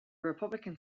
republican